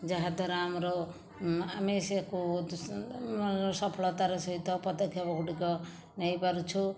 ଯାହାଦ୍ୱାରା ଆମର ଆମେ ସେ ସଫଳତାର ସହିତ ପଦକ୍ଷେପ ଗୁଡ଼ିକ ନେଇପାରୁଛୁ